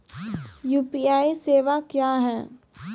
UPI सेवा क्या हैं?